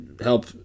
help